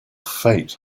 fate